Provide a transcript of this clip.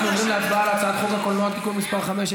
אנחנו עוברים להצבעה על הצעת חוק הקולנוע (תיקון מס' 5),